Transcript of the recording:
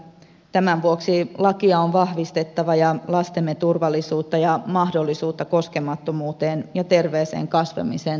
tämän vuoksi lakia on vahvistettava ja lastemme turvallisuutta ja mahdollisuutta koskemattomuuteen ja terveeseen kasvamiseen tuettava